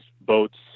boats